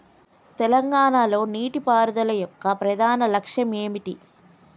తెలంగాణ లో నీటిపారుదల యొక్క ప్రధాన లక్ష్యం ఏమిటి?